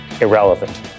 irrelevant